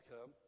come